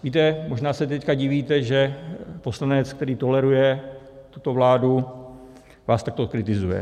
Víte, možná se teď divíte, že poslanec, který toleruje tuto vládu, vás takto kritizuje.